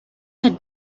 had